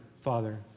Father